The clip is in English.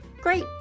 Great